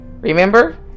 Remember